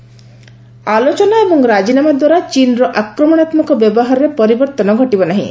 ଚୀନ୍ ଆଲୋଚନା ଏବଂ ରାଜିନାମା ଦ୍ୱାରା ଚୀନ୍ର ଆକ୍ରମଣାତ୍ମକ ବ୍ୟବହାରରେ ପରିବର୍ତ୍ତନ ଘଟିବ ନାହିଁ